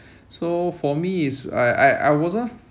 so for me is I I I wasn't